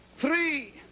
three